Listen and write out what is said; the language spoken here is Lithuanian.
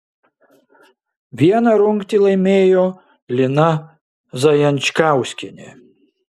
vieną rungtį laimėjo lina zajančkauskienė